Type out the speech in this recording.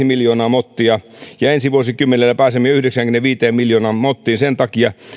miljoonaa mottia ja ensi vuosikymmenellä pääsemme jo yhdeksäänkymmeneenviiteen miljoonaan mottiin sen takia